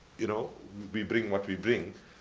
you know we bring what we bring.